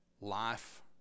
Life